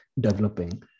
developing